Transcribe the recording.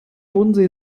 bodensee